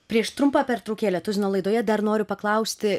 prieš trumpą pertraukėlę tuzino laidoje dar noriu paklausti